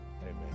amen